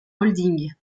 holding